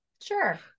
Sure